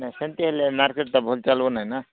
ନାଇଁ ସେମିତି ହେଲେ ମାର୍କେଟ୍ଟା ଭଲ ଚାଲୁ ନେଇଁନା